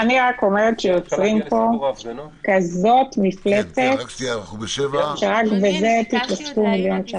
אני רק אומרת שיוצרים פה כזאת מפלצת שרק בזה תתעסקו בלי הכרה.